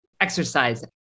exercise